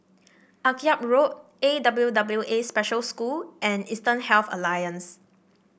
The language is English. Akyab Road A W W A Special School and Eastern Health Alliance